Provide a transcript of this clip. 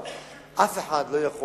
אף אחד לא יכול